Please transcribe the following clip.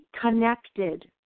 connected